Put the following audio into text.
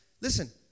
Listen